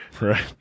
Right